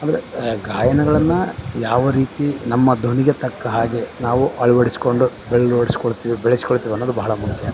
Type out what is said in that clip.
ಅಂದರೆ ಗಾಯನಗಳನ್ನು ಯಾವ ರೀತಿ ನಮ್ಮ ಧ್ವನಿಗೆ ತಕ್ಕ ಹಾಗೆ ನಾವು ಅಳವಡಿಸ್ಕೊಂಡು ಬೆಳ್ವಡ್ಸ್ಕೊಳ್ತಿವಿ ಬೆಳೆಸಿಕೊಳ್ತೀವಿ ಅನ್ನೋದು ಬಹಳ ಮುಖ್ಯ